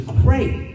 great